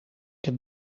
het